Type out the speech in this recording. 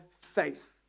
faith